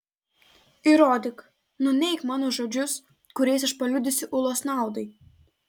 įrodyk nuneik mano žodžius kuriais aš paliudysiu ulos naudai